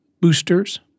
boosters